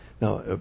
Now